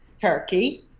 Turkey